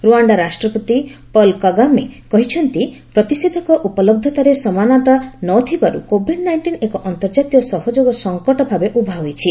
Rwanda ରାଷ୍ଟ୍ରପତି Paul Kagame କହିଛନ୍ତି ପ୍ରତିଷେଧକ ଉପଲହ୍ଧତାରେ ସମାନତା ନଥିବାରୁ କୋଭିଡ ନାଇଷ୍ଟିନ୍ ଏକ ଅନ୍ତର୍ଜାତୀୟ ସହଯୋଗ ସଫକଟ ଭାବେ ଉଭା ହୋଇଛି